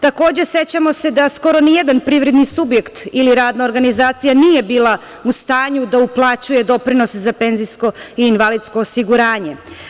Takođe, sećamo se da skoro nijedan privredni subjekt ili radna organizacija nije bila u stanju da uplaćuje doprinose za penzijsko i invalidsko osiguranje.